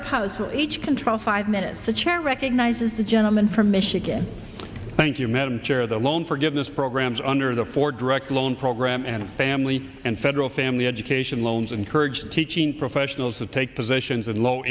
for each control five minutes the chair recognizes the gentleman from michigan thank you madam chair the loan forgiveness programs under the four direct loan program and family and federal family education loans encourage teaching professionals to take positions in low